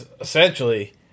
essentially